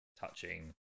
touching